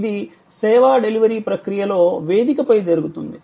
ఇది సేవా డెలివరీ ప్రక్రియలో వేదికపై జరుగుతుంది